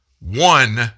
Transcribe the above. one